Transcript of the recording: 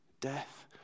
Death